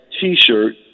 T-shirt